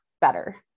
better